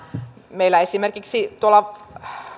meillä esimerkiksi tuolla